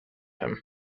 him